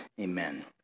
Amen